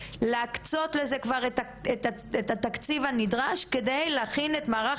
להקצות לזה את התקציב הנדרש על מנת להכין את מערך